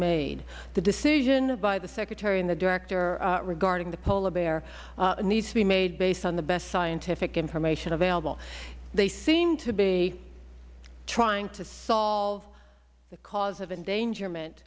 made the decision by the secretary and the director regarding the polar bear needs to be made based on the best scientific information available they seem to be trying to solve the cause of endangerment